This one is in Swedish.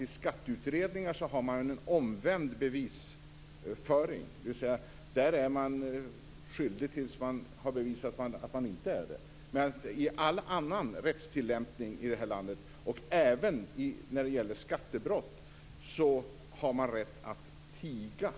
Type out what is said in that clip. I skatteutredningar har man ju en omvänd bevisföring. Det betyder att man är skyldig tills man har bevisat att man inte är det. I all annan rättstillämpning i landet - och även vid skattebrott - har man rätt att tiga.